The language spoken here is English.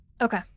Okay